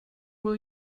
will